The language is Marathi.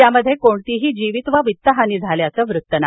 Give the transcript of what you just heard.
यामध्ये कोणतीही जीवित वा वित्त हानी झाल्याचं वृत्त नाही